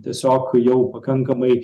tiesiog jau pakankamai